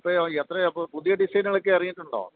ഇപ്പഴോ എത്രയാ അപ്പോള് പുതിയ ഡിസൈനുകളൊക്കെ ഇറങ്ങിയിട്ടുണ്ടോ